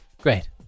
Great